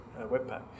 Webpack